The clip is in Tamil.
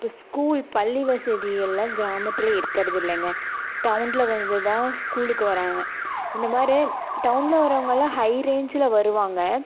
அப்போ ஸ்கூல் பள்ளி வசதி எல்லாம் கிராமத்தில் இருக்கிறதில்லங்க டவுனில் வந்துதான் ஸ்கூலுக்கு வராங்க இந்தமாதிரி டவுனில் வரவங்கள்லாம் ஹை ரேஞ்சில் வருவாங்க